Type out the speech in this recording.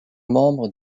membre